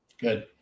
Good